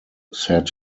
said